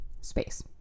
space